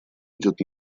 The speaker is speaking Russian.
идет